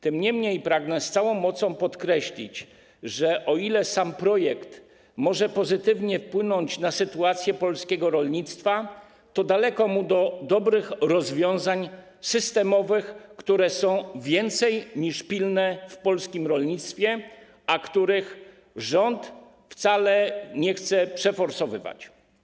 Tym niemniej pragnę z całą mocą podkreślić, że o ile sam projekt może pozytywnie wpłynąć na sytuację polskiego rolnictwa, to daleko mu do dobrych rozwiązań systemowych, które są więcej niż pilne w polskim rolnictwie, a których rząd wcale nie chce przeforsowywać.